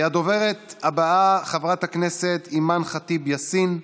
הדוברת הבאה, חברת הכנסת אימאן ח'טיב יאסין,